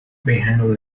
behind